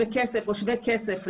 זה חשוב מאוד.